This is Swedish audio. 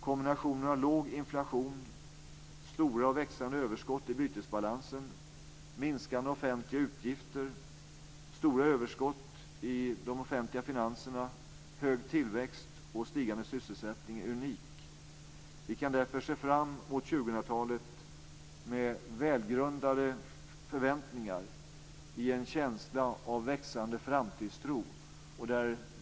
Kombinationen av låg inflation, stora och växande överskott i bytesbalansen, minskande offentliga utgifter, stora överskott i de offentliga finanserna, hög tillväxt och stigande sysselsättning är unik. Vi kan därför se fram emot 2000-talet med välgrundade förväntningar i en känsla av växande framtidstro.